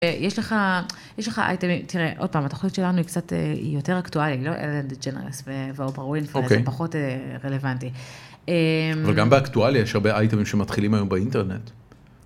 יש לך אייטמים, תראה, עוד פעם, התכנית שלנו היא קצת... היא יותר אקטואלית, היא לא אלן דג'נרס ואופרה ווינפרי, זה פחות רלוונטי. אבל גם באקטואליה יש הרבה אייטמים שמתחילים היום באינטרנט.